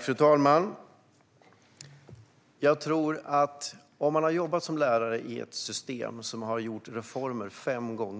Fru talman! Om man har jobbat som lärare i ett system där